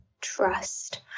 trust